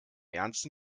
ernsten